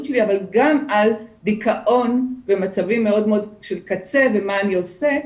שלי אבל גם על דכאון במצבים מאוד מאוד של קצה ומה אני עושה,